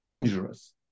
dangerous